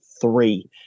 three